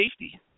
safety